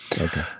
okay